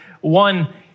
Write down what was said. One